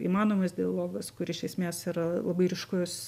įmanomas dialogas kur iš esmės yra labai ryškus